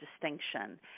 distinction